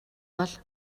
бол